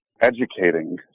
educating